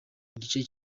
igice